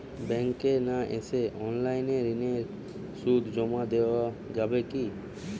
ব্যাংকে না এসে অনলাইনে ঋণের সুদ জমা দেওয়া যাবে কি?